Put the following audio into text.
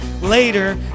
later